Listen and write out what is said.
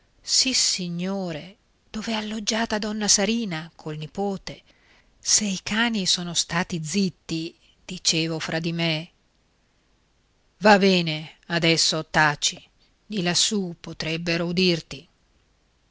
palmento sissignore dov'è alloggiata donna sarina col nipote se i cani sono stati zitti dicevo fra di me va bene adesso taci di lassù potrebbero udirti